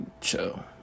chill